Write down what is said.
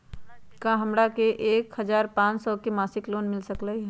का हमरा के एक हजार पाँच सौ के मासिक लोन मिल सकलई ह?